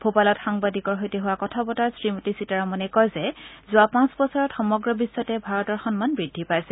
ভূপালত সাংবাদিকৰ সৈতে হোৱা কথা বতৰাত শ্ৰীমতী সীতাৰমনে কয় যে যোৱা পাঁচ বছৰত সমগ্ৰ বিখ্বতে ভাৰতৰ সন্মান বৃদ্ধি পাইছে